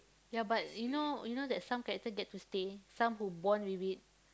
ya but you know you know that some character get to stay some who born with it